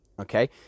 Okay